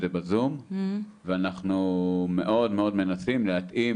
זה בזום ואנחנו מאוד מאוד מנסים להתאים